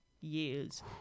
years